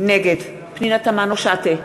נגד פנינה תמנו-שטה,